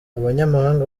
abanyamahanga